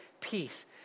peace